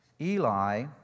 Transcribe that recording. Eli